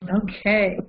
okay